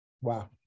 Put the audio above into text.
Wow